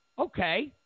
okay